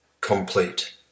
complete